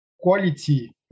quality